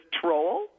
troll